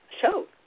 show